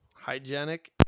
Hygienic